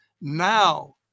now